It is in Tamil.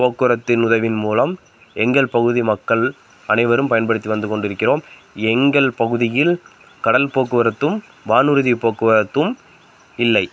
போக்குவரத்தின் உதவியின் மூலம் எங்கள் பகுதி மக்கள் அனைவரும் பயன்படுத்தி வந்து கொண்டு இருக்கிறோம் எங்கள் பகுதியில் கடல் போக்குவரத்தும் வானூறுதி போக்குவரத்தும் இல்லை